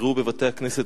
יקראו בבתי-הכנסת,